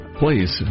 please